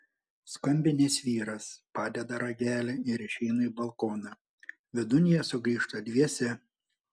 skambinęs vyras padeda ragelį ir išeina į balkoną vidun jie sugrįžta dviese